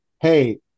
Hey